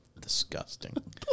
Disgusting